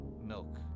Milk